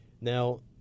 Now